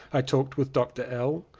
i talked with dr. l,